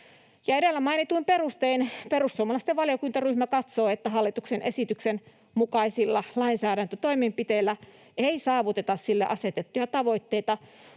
Edellä mainituin perustein perussuomalaisten valiokuntaryhmä katsoo, että hallituksen esityksen mukaisilla lainsäädäntötoimenpiteillä ei saavuteta niille asetettuja tavoitteita